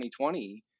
2020